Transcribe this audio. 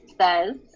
Says